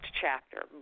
chapter